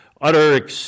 utter